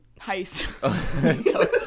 heist